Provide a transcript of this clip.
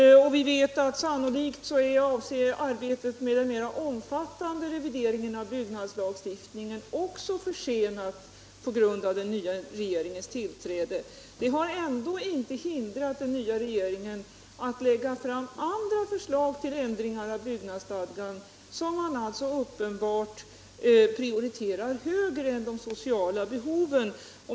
Sannolikt är arbetet med en mera omfattande revidering av byggnadslagstiftningen också försenat på grund av den nya regeringens tillträde. Det har ändå inte hindrat den nya regeringen att lägga fram andra förslag till ändringar av byggnadsstadgan, som man alltså uppenbart prioriterar högre än de sociala behoven.